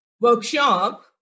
workshop